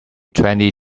twenty